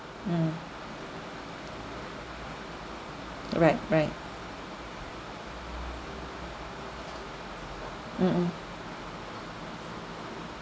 mm right right mm mm